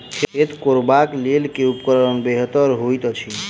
खेत कोरबाक लेल केँ उपकरण बेहतर होइत अछि?